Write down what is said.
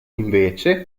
invece